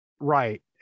right